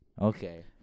Okay